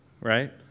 right